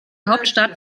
hauptstadt